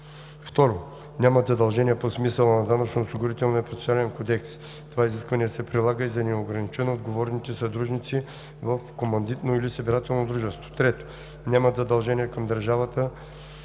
2. нямат задължения по смисъла на Данъчно осигурителния процесуален кодекс; това изискване се прилага и за неограничено отговорните съдружници в командитно или събирателно дружество; 3. нямат задължения към държавата